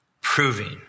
Proving